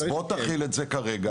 אז בוא תחיל את זה כרגע.